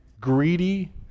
greedy